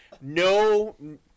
No